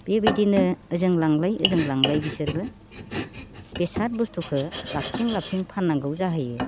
बेबायदिनो ओजों लांलाय ओजों लांलाय बिसोरबो बेसाद बुस्तुखौ लाबोथिं लाबोथिं फाननांगौ जाहैयो